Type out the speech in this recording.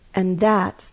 and that